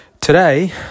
Today